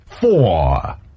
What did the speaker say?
four